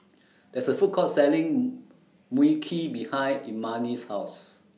There IS A Food Court Selling Mui Kee behind Imani's House